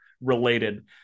related